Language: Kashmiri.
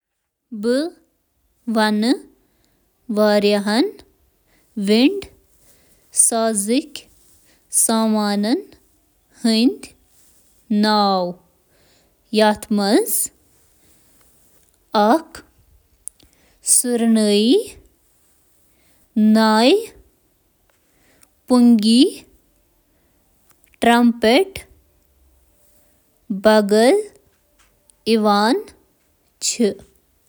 ٹایِپ۔ ہوا ہنٛد آلات چِھ عام طورس پیٹھ دۄن خاندانن منٛز تقسیم یوان کرنہٕ: پیتلک آلات ,ہارن، ٹرمپٹ، ٹرمبونز، یوفونیم، تہٕ ٹوباس, ووڈ ونڈ آلات ,ریکارڈر، بانسری، اوبوز، کلیرینیٹس، سیکسوفونز، تہٕ باسون ۔